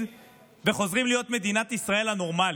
וחוזרים להיות מדינת ישראל הנורמלית.